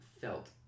felt